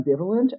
ambivalent